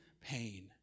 pain